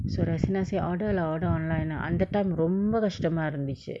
so rasinah say order lah order online lah அந்த:andtha time ரொம்ப கஸ்டமா இருந்திச்சி:romba kastama irundichi